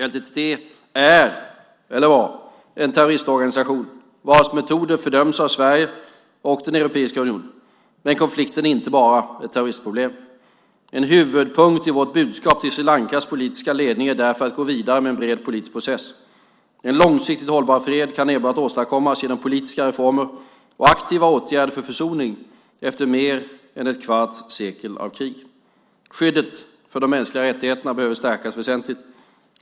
LTTE är - eller var - en terroristorganisation vars metoder fördöms av Sverige och Europeiska unionen, men konflikten är inte bara ett terroristproblem. En huvudpunkt i vårt budskap till Sri Lankas politiska ledning är därför att gå vidare med en bred politisk process. En långsiktigt hållbar fred kan åstadkommas enbart genom politiska reformer och aktiva åtgärder för försoning efter mer än ett kvarts sekel av krig. Skyddet för de mänskliga rättigheterna behöver stärkas väsentligt.